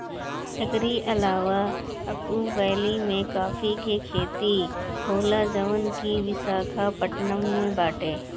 एकरी अलावा अरकू वैली में काफी के खेती होला जवन की विशाखापट्टनम में बाटे